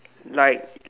like